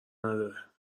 نداره